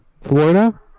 Florida